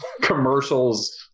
commercials